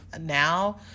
now